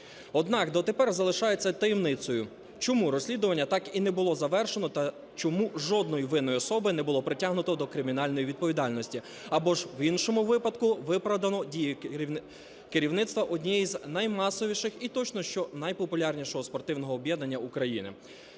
Однак дотепер залишається таємницею, чому розслідування так і не було завершено та чому жодної винної особи не було притягнуто до кримінальної відповідальності або ж, в іншому випадку, виправдано дії керівництва однієї з наймасовіших і точно, що найпопулярнішого спортивного об'єднання України.